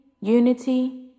unity